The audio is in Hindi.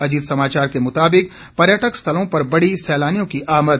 अजीत समाचार के मुताबिक पर्यटक स्थलों पर बढ़ी सैलानियों की आमद